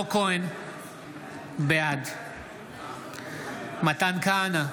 נגד מתן כהנא,